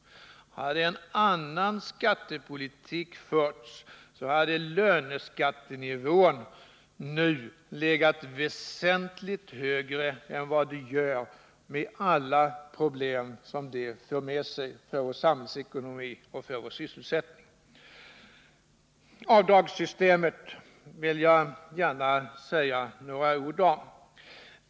Hade en annan skattepolitik förts, hade löneskattenivån nu legat väsentligt högre än vad den gör med alla de problem som det hade fört med sig för vår samhällsekonomi och för vår Avdragssystemet vill jag gärna säga några ord om.